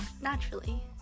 Naturally